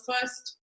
first